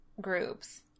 groups